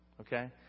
okay